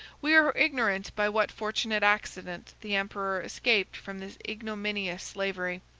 we are ignorant by what fortunate accident the emperor escaped from this ignominious slavery,